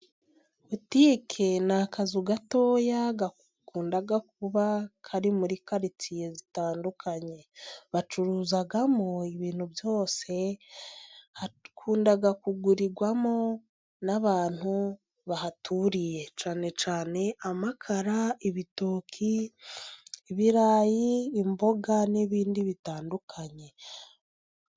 Butike ni akazu gatoya， gakunda kuba kari muri karitsiye zitandukanye. Bacuruzamo ibintu byose， hakunda kugurirwamo n'abantu bahaturiye， cyane cyane，amakara， ibitoki，ibirayi，imboga n'ibindi bitandukanye.